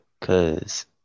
Cause